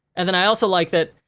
and then, i also like that,